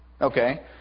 okay